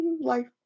life